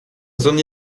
zone